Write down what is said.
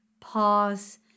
pause